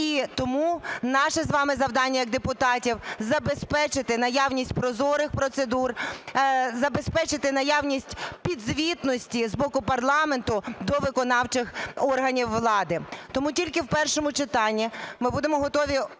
І тому наше з вами завдання як депутатів – забезпечити наявність прозорих процедур, забезпечити наявність підзвітності з боку парламенту до виконавчих органів влади. Тому тільки в першому читанні ми будемо готові